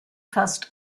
fast